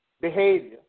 behavior